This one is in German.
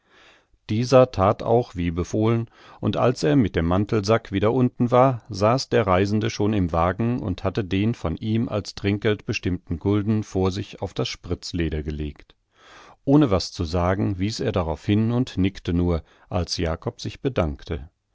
dieser that auch wie befohlen und als er mit dem mantelsack wieder unten war saß der reisende schon im wagen und hatte den von ihm als trinkgeld bestimmten gulden vor sich auf das spritzleder gelegt ohne was zu sagen wies er darauf hin und nickte nur als jakob sich bedankte